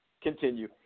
Continue